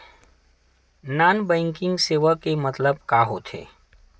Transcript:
Non banking सेवा के मतलब का होथे?